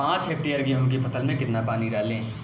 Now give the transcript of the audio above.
पाँच हेक्टेयर गेहूँ की फसल में कितना पानी डालें?